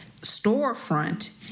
storefront